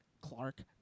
Clark